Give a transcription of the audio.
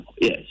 Yes